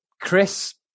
Chris